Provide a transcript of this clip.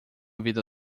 vida